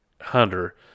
hunter